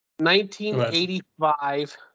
1985